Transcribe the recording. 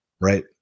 Right